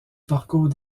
parcours